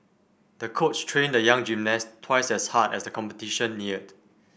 the coach trained the young gymnast twice as hard as the competition neared